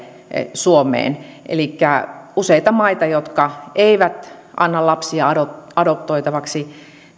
suomeen kaikilta pareilta elikkä on useita maita jotka eivät anna lapsia adoptoitavaksi